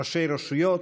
ראשי רשויות,